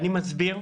אני מסביר,